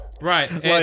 Right